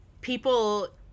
people